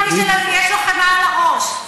מי שיש לו חמאה על הראש.